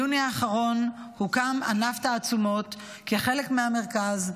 ביוני האחרון הוקם ענף תעצומות כחלק מהמרכז,